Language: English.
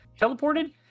teleported